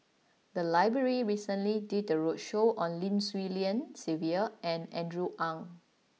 the library recently did a roadshow on Lim Swee Lian Sylvia and Andrew Ang